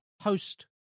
host